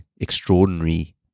extraordinary